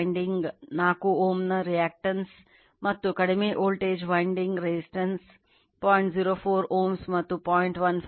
Tan Φ1 ಏನನ್ನಾದರೂ ಪಡೆಯುತ್ತದೆ ಆದ್ದರಿಂದ Φ1 36